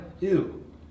Ew